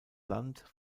land